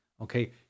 Okay